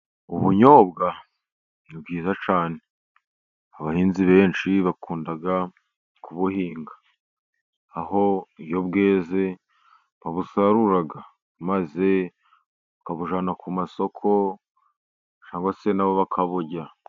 Ubunyobwa ni bwiza cyane. Abahinzi benshi bakunda kubuhinga, aho iyo bweze babusarura, maze bakabujyana ku masoko, cyangwa se nabo bakaburya.